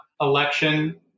election